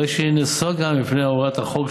הרי שהיא נסוגה מפני הוראות החוק,